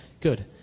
good